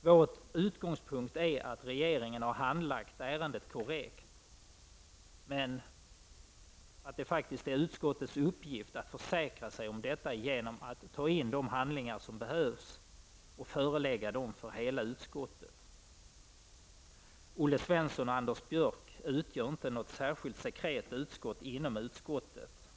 Vår utgångspunkt är att regeringen har handlagt ärendet korrekt men att det faktiskt är utskottets uppgift att försäkra sig om detta genom att ta in de handlingar som behövs och förelägga dem för hela utskottet. Olle Svensson och Anders Björck utgör inte något särskilt sekret utskott inom utskottet.